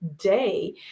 day